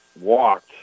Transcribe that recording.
walked